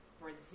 Brazil